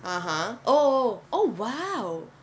(uh huh) oh oh oh oh !wow!